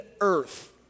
earth